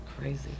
Crazy